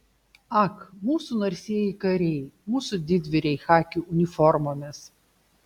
ak mūsų narsieji kariai mūsų didvyriai chaki uniformomis